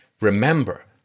remember